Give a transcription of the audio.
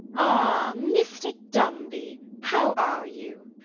ah, mr. dumby, how are you?